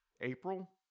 April